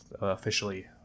officially